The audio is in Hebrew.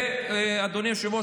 ואדוני היושב-ראש,